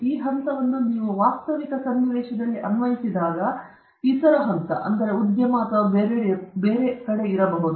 ಈ ಹಂತವನ್ನು ನೀವು ವಾಸ್ತವಿಕ ಸನ್ನಿವೇಶದಲ್ಲಿ ಅನ್ವಯಿಸಿದಾಗ ಇತರ ಹಂತವು ಉದ್ಯಮದಲ್ಲಿ ಅಥವಾ ಬೇರೆಡೆ ಇರಬಹುದು